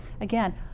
Again